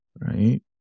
right